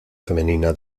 femenina